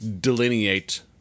delineate